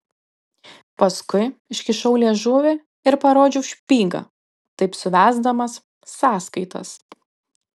paskui iškišau liežuvį ir parodžiau špygą taip suvesdamas sąskaitas